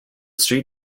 street